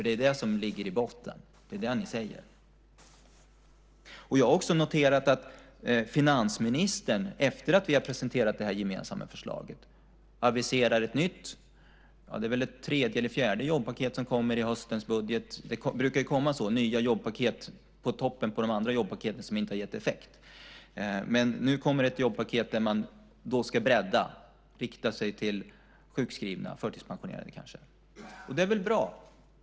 Det är det som ligger i botten - det är det ni säger. Jag har också noterat att finansministern, efter att vi har presenterat det här gemensamma förslaget, aviserar ett nytt jobbpaket. Det är väl det tredje eller fjärde jobbpaketet som kommer i höstens budget. Det brukar komma nya jobbpaket på toppen av de jobbpaket som inte har gett effekt. Men nu kommer ett jobbpaket där man ska bredda det hela och kanske rikta sig till sjukskrivna och förtidspensionerade.